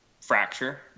fracture